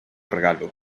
regalo